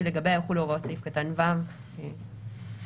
שלגביה יחולו הוראות סעיף קטן (ו) להלן.